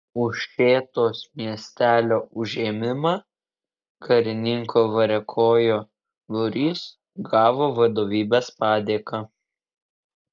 už šėtos miestelio užėmimą karininko variakojo būrys gavo vadovybės padėką